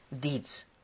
deeds